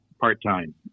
part-time